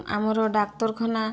ଆମର ଡାକ୍ତରଖାନା